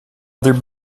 other